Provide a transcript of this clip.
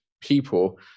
people